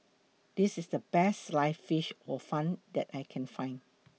This IS The Best Sliced Fish Hor Fun that I Can Find